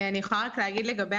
אני יכולה לומר לגבי